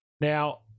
Now